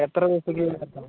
എത്ര ദിവസത്തേക്ക്